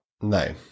No